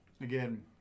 again